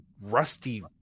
rusty